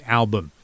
album